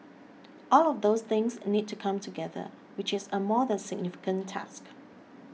all of those things need to come together which is a more than significant task